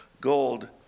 gold